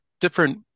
different